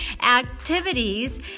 activities